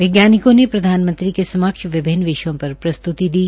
वैज्ञानिकों ने प्रधानमंत्री के समक्ष विभिन्न विष्यों पर प्रस्तुति दी